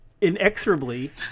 inexorably